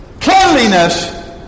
Cleanliness